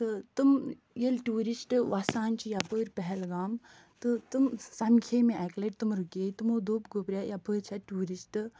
تہٕ تِم ییٚلہِ ٹیٛوٗرِسٹہٕ وَسان چھِ یَپٲرۍ پہلگام تہٕ تِم سَمکھےیہِ مےٚ اَکہِ لَٹہِ تِم رُکیے تِمَو دوٚپ گوٚبریاہ یَپٲرۍ چھا ٹیٛوٗرِسٹہٕ